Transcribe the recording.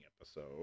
episode